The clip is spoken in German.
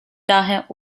daher